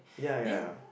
ya ya